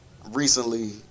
Recently